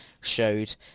showed